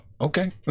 okay